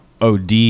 OD